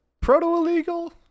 proto-illegal